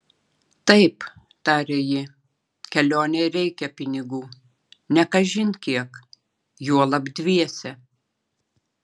taip tarė ji kelionei reikia pinigų ne kažin kiek juolab dviese